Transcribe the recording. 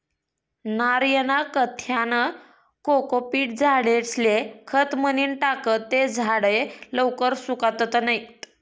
नारयना काथ्यानं कोकोपीट झाडेस्ले खत म्हनीन टाकं ते झाडे लवकर सुकातत नैत